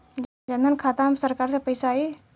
जनधन खाता मे सरकार से पैसा आई?